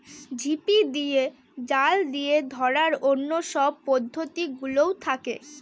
ঝিপি দিয়ে, জাল দিয়ে ধরার অন্য সব পদ্ধতি গুলোও থাকে